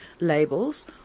labels